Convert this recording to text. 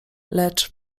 lecz